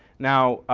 now,